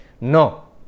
No